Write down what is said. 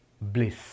bliss